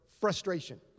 frustration